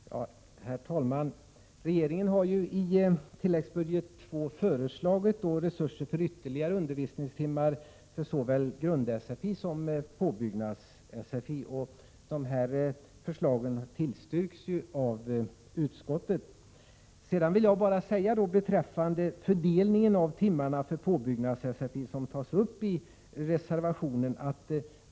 Herr talman! Regeringen har i tilläggsbudget II föreslagit resurser för ytterligare undervisningstimmar för såväl grund-sfi som påbyggnads-sfi. Utskottet tillstyrker dessa förslag. Beträffande fördelningen av timmarna för påbyggnads-sfi, som tas upp i reservationen, vill jag nämna följande.